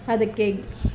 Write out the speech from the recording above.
ಅದಕ್ಕೆ